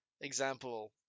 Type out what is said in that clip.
example